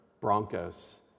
Broncos